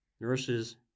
nurses